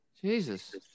Jesus